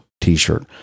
t-shirt